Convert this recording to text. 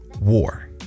War